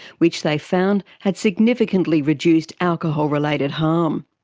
which they found had significantly reduced alcohol related harm.